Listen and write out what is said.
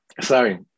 sorry